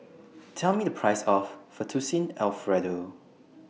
Tell Me The Price of Fettuccine Alfredo